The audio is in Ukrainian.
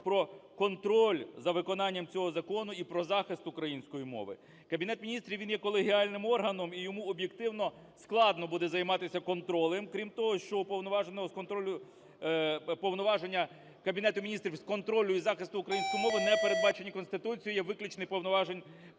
про контроль за виконанням цього закону і про захист української мови. Кабінет Міністрів, він є колегіальним органом і йому об'єктивно складно буде займатися контролем. Крім того, що уповноваженого з контролю… Повноваження Кабінету Міністрів з контролю і захисту української мови не передбачені Конституцією, є виключний перелік